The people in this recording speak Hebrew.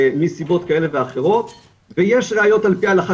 מסיבות כאלה ואחרות ויש ראיות עפ"י ההלכה